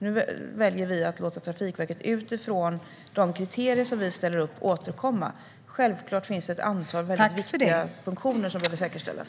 Nu väljer vi att låta Trafikverket utgå från de kriterier vi har ställt upp och sedan återkomma. Givetvis finns det ett antal viktiga funktioner som behöver säkerställas.